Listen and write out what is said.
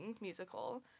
musical